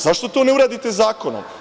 Zašto to ne uradite zakonom?